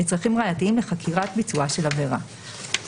לצרכים ראייתיים לחקירת ביצועה של העבירה.